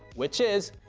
which is,